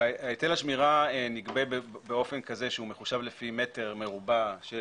היטל השמירה נגבה כשהוא מחושב לפי מטר מרובע של